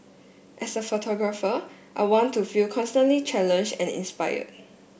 as a photographer I want to feel constantly challenged and inspired